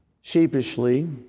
Sheepishly